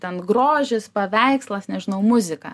ten grožis paveikslas nežinau muzika